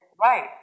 right